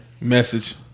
Message